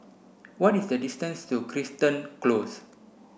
what is the distance to Crichton Close